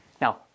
Now